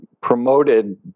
promoted